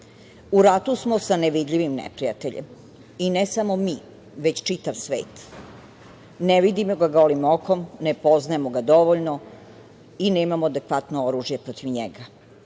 ratu smo sa nevidljivim neprijateljem, i ne samo mi, već čitav svet. Ne vidimo ga golim okom, ne poznajemo ga dovoljno i nemamo adekvatno oružje protiv njega.